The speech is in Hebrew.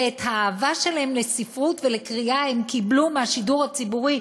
ואת האהבה שלהם לספרות ולקריאה הם קיבלו מהשידור הציבורי,